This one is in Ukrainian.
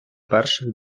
перших